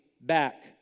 back